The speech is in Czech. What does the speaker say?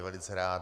Velice rád.